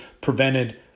prevented